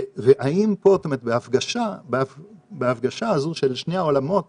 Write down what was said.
והאם פה, בהפגשה הזו של שני העולמות